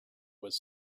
was